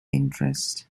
interest